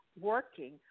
working